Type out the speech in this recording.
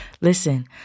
listen